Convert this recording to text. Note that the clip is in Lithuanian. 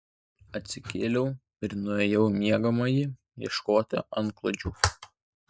atsikėliau ir nuėjau į miegamąjį ieškoti antklodžių